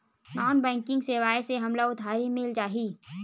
Non banking सेवाएं से हमला उधारी मिल जाहि?